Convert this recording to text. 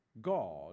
God